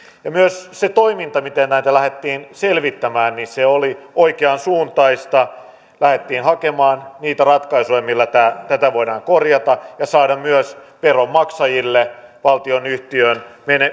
myös se toiminta miten näitä lähdettiin selvittämään oli oikeansuuntaista lähdettiin hakemaan niitä ratkaisuja millä tätä voidaan korjata ja saada myös veronmaksajille valtionyhtiön